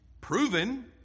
proven